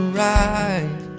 right